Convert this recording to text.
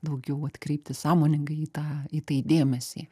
daugiau atkreipti sąmoningai į tą į tai dėmesį